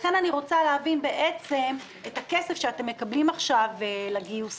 לכן אני רוצה להבין בעצם את הכסף שאתם מקבלים עכשיו לגיוסים,